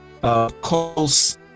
calls